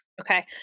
okay